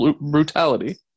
brutality